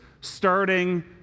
starting